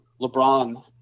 LeBron